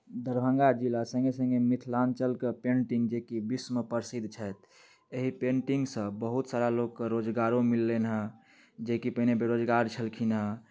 दरभंगा जिला सङ्गे सङ्गे मिथिलाञ्चल कऽ पेंटिंग जेकि विश्वमे प्रसिद्ध छथि एहि पेंटिंगसँ बहुत सारा लोकके रोजगारो मिललनि हँ जेकि पहिने बेरोजगार छलखिन हँ